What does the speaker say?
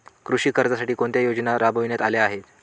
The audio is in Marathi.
कृषी कर्जासाठी कोणत्या योजना राबविण्यात आल्या आहेत?